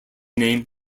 name